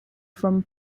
from